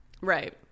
Right